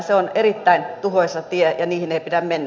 se on erittäin tuhoisa tie ja niihin ei pidä mennä